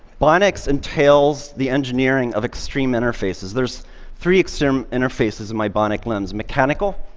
bionics entails the engineering of extreme interfaces. there's three extreme interfaces in my bionic limbs mechanical,